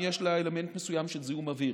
יש לה אלמנט מסוים של זיהום אוויר,